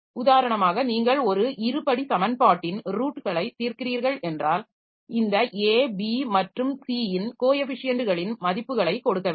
உதாரணமாக நீங்கள் ஒரு இருபடி சமன்பாட்டின் ரூட்களைத் தீர்க்கிறீர்கள் என்றால் இந்த A B மற்றும் C இன் கோ எஃபிஷியன்ட்களின் மதிப்புகளை கொடுக்க வேண்டும்